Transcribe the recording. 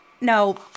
No